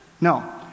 No